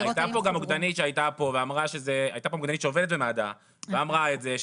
הייתה פה גם מוקדנית שעובדת במד"א שהייתה פה ואמרה את זה,